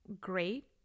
great